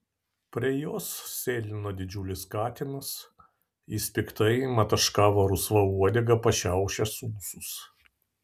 prie jos sėlino didžiulis katinas jis piktai mataškavo rusva uodega pašiaušęs ūsus